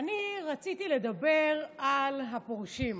אני רציתי לדבר על הפורשים.